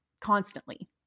constantly